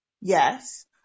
Yes